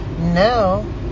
No